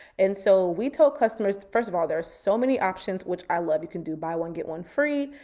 and so we told customers, first of all, there are so many options which i love, you can do buy one, get one free.